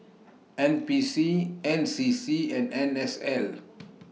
N P C N C C and N S L